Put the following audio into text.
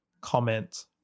comment